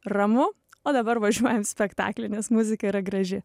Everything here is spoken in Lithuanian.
ramu o dabar važiuojm spektaklį nes muzika yra graži